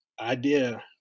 idea